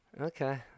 Okay